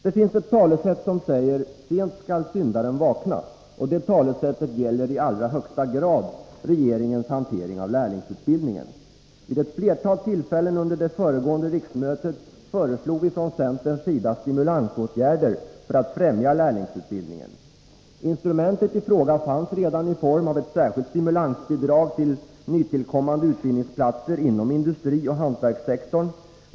Det finns ett talesätt som säger: ”Sent skall syndaren vakna”. Det talesättet gäller i allra högsta grad regeringens hantering av lärlingsutbildningen. Vid flera tillfällen under det föregående riksmötet föreslog vi från centerns sida stimulansåtgärder för att främja lärlingsutbildningen. Instrumentet i fråga fanns redan i form av ett särskilt stimulansbidrag till nytillkommande utbildningsplatser inom industrioch hantverkssektorn.